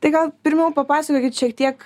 tai gal pirmiau papasakokit šiek tiek